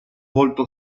volto